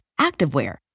activewear